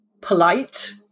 polite